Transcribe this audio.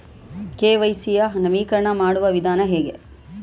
KYC ಯ ನವೀಕರಣ ಮಾಡುವ ವಿಧಾನ ಹೇಗೆ?